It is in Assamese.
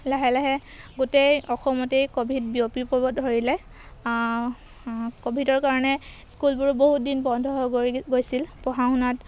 লাহে লাহে গোটেই অসমতেই ক'ভিড বিয়পি পৰিব ধৰিলে ক'ভিডৰ কাৰণে স্কুলবোৰো বহুত দিন বন্ধ হৈ গৈ গৈছিল পঢ়া শুনাত